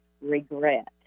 regret